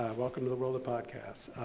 welcome to the world of podcasts.